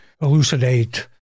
elucidate